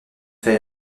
train